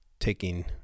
Taking